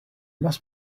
must